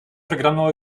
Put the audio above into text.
программного